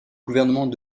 gouvernement